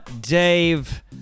Dave